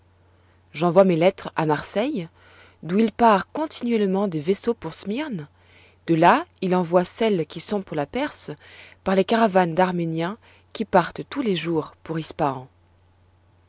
j'envoie mes lettres à marseille d'où il part continuellement des vaisseaux pour smyrne de là il envoie celles qui sont pour la perse par les caravanes d'arméniens qui partent tous les jours pour